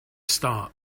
start